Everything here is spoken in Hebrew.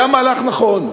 היה מהלך נכון.